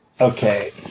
Okay